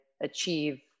achieve